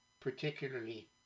particularly